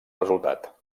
resultat